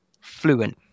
fluent